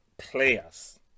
players